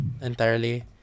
entirely